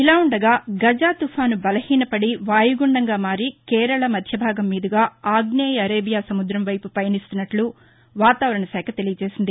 ఇలా ఉండగా గజ తుపాను బలహీనపడి వాయుగుండంగా మారి కేరళ మధ్య భాగం మీదుగా ఆగ్నేయ ఆరేబియా సముద్రం వైపు పయనిస్తున్నట్లు వాతావరణ శాఖ తెలియజేసింది